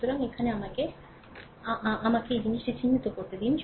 সুতরাং এখানে আমাকে আবার আমাকে দাও আমাকে এই জিনিসটি চিহ্নিত করতে দিন